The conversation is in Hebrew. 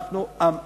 אנחנו עם אחד,